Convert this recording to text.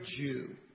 Jew